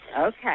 Okay